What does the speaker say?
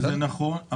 זה נכון,